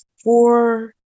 four